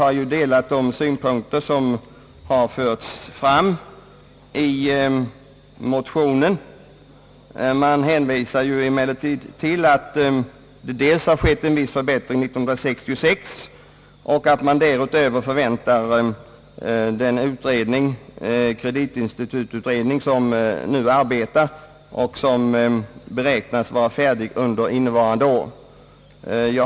Man delar synpunkterna i motionen men hänvisar till att en viss förbättring skett 1966 och till att kreditinstitututredningen beräknas vara färdig innevarande år.